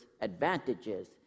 advantages